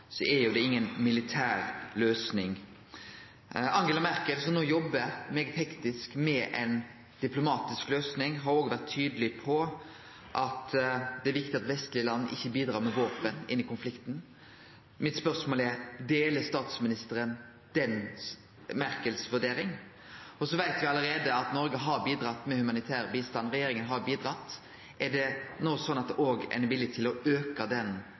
er det i realiteten inga militær løysing. Angela Merkel, som no jobbar svært hektisk med ei diplomatisk løysing, har òg vore tydeleg på at det er viktig at vestlege land ikkje bidrar med våpen inn i konflikten. Mitt spørsmål er: Deler statsministeren Merkels vurdering? Og så veit me allereie at Noreg og regjeringa har bidratt med humanitær bistand. Er det no slik at ein òg er villig til å auke den